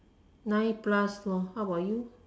nine plus lor how about you